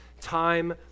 time